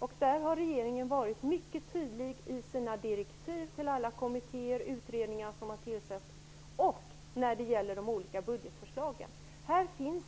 Regeringen har på den punkten varit mycket tydlig i sina direktiv till alla de kommittéer och utredningar som har tillsatts. Detsamma gäller de olika budgetförslagen. Det finns